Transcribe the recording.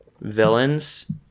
villains